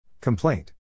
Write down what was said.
Complaint